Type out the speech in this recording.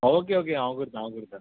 okay okay हांव करतां हांव करतां